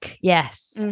yes